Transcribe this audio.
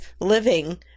living